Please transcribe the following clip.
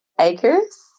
acres